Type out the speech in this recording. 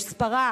שמספרה